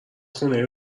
خونه